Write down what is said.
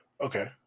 Okay